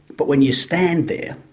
but when you stand there,